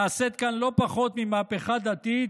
נעשית כאן לא פחות ממהפכה דתית.